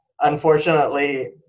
Unfortunately